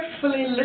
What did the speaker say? carefully